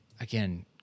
again